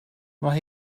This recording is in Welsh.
mae